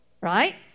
Right